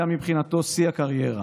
אומנם יש לנו איזה חוק דיקטטורי,